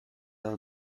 dal